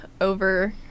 over